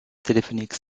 téléphoniques